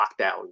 lockdown